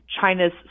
China's